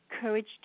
Courage